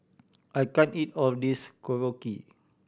I can't eat all of this Korokke